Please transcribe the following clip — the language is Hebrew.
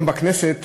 בכנסת